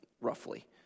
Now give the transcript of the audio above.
Roughly